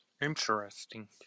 Interesting